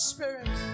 Spirit